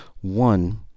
One